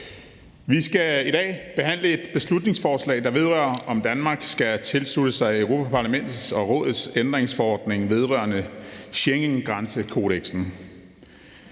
Vi skal i dag behandle et beslutningsforslag, der vedrører, om Danmark skal tilslutte sig Europa-Parlamentets og Rådets ændringsforordning vedrørende Schengengrænsekodeksen.